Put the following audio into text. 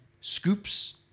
scoops